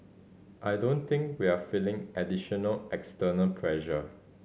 I don't think we're feeling additional external pressure